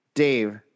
Dave